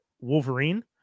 Wolverine